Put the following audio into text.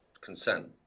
consent